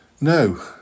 No